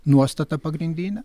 nuostatą pagrindinę